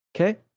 Okay